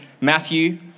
Matthew